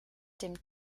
dem